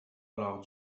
lors